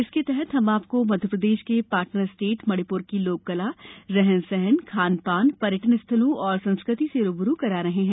इसके तहत हम आपको मध्यप्रदेश के पार्टनर स्टेट मणिपुर की लोककला रहन सहन खान पान पर्यटन स्थलों और संस्कृति से रू ब रू करा रहे हैं